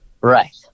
Right